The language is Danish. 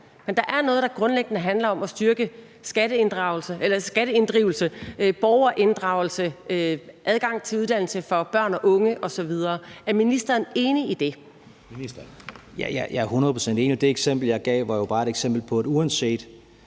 at der er noget, der grundlæggende handler om at styrke skatteinddrivelse, borgerinddragelse, adgang til uddannelse for børn og unge osv. Er ministeren enig i det? Kl. 16:25 Anden næstformand (Jeppe Søe): Ministeren.